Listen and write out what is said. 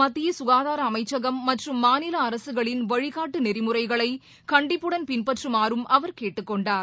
மத்திய குகாதார அமைச்சகம் மற்றும் மாநில அரசுகளின் வழிகாட்டு நெறிமுறைகளை கண்டிப்புடன் பின்பற்றுமாறும் அவர் கேட்டுக் கொண்டார்